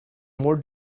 more